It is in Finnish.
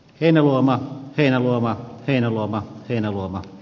heinäluoma elomaa vellova heinäluoma